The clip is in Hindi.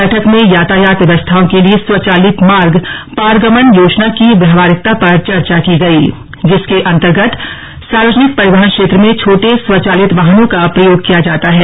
बैठक में यातायात व्यवस्थाओं के लिए स्वचालित मार्ग पारगमन योजना की व्यावहारिकता पर चर्चा की गई जिसके अन्तर्गत सार्वजनिक परिवहन क्षेत्र में छोटे स्वचालित वाहनों का प्रयोग किया जाता है